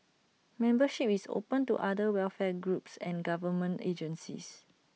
membership is open to other welfare groups and government agencies